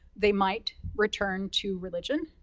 they might return to religion.